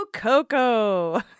Coco